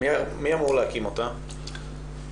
מי אמור להקים אותה?